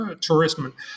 tourism